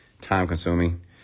time-consuming